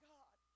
God